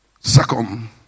Second